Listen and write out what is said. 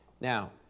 Now